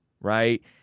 right